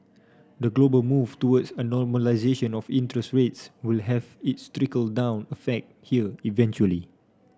the global move towards a normalisation of interest rates will have its trickle down effect here eventually